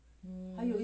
mm